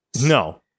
No